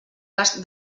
cas